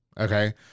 Okay